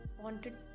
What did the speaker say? wanted